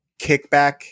Kickback